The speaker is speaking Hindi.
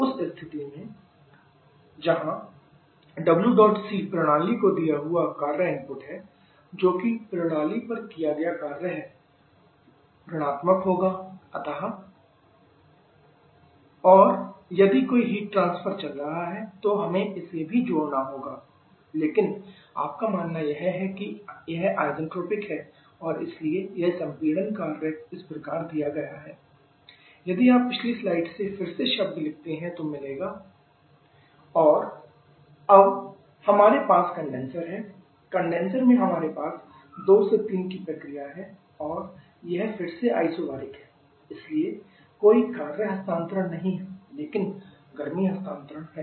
उस स्तिथि में WCmh2 h1 जहां Wdot C प्रणाली को दिया हुआ कार्य इनपुट है जोकि प्रणाली पर किया गया कार्य है जो कि ऋणआत्मक होगा अतः WCmh2 h1 और यदि कोई हीट ट्रांसफर चल रहा है तो हमें इसे भी जोड़ना होगा लेकिन आपका मानना यह है कि यह आइंजट्रोपिक है और इसलिए यह संपीड़न कार्य इस प्रकार दिया गया है mh2 h1 यदि आप पिछली स्लाइड से फिर से शब्द लिखते हैं तो मिलेगा QEmh1 h4 और WCmh2 h1 अब हमारे पास कंडेनसर है कंडेनसर में हमारे पास 2 से 3 की प्रक्रिया है और यह फिर से आइसोबैरिक है इसलिए कोई कार्य हस्तांतरण नहीं है लेकिन गर्मी हस्तांतरण है